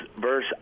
verse